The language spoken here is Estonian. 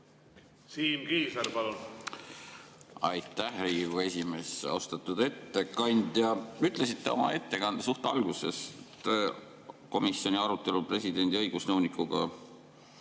Siim Kiisler, palun! Aitäh, Riigikogu esimees! Austatud ettekandja! Ütlesite oma ettekande suht alguses, et komisjoni arutelul presidendi õigusnõunikuga